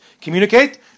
communicate